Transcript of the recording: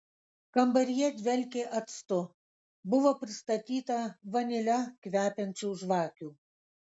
kambaryje dvelkė actu buvo pristatyta vanile kvepiančių žvakių